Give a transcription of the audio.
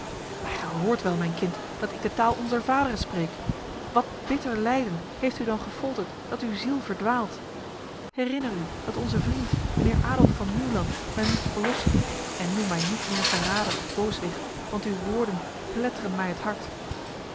maar gij hoort wel mijn kind dat ik de taal onzer vaderen spreek wat bitter lijden heeft u dan gefolterd dat uw ziel verdwaalt herinner u dat onze vriend mijnheer adolf van nieuwland mij moest verlossen en noem mij niet meer verrader of booswicht want uw woorden pletteren mij het hart